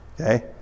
okay